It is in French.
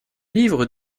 livre